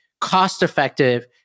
cost-effective